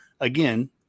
again